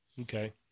Okay